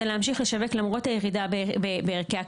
זה להמשיך לשווק למרות הירידה בערכי הקרקע,